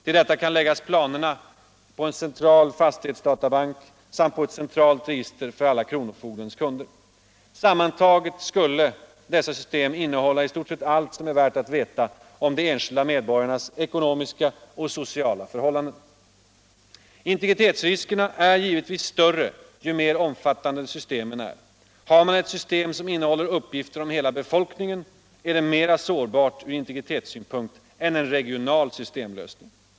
Till detta kan läggas planerna på en central fastighetsdatabank samit på ett centralt register för alla kronofogdens kunder. Sammantaget skulle dessa system innehålla i stort sett allt som är värt att veta om de enskilda medborgarnas ekonomiska och sociala förhållanden. Integritetsriskerna är givetvis större ju mer omfattande systemen är. Har man ett system som innehåller uppgifter om hela befolkningen är det mera sårbart från integritetssynpunkt än en regional systemlösning.